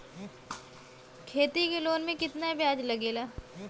खेती के लोन में कितना ब्याज लगेला?